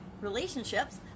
relationships